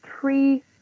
three